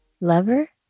Lover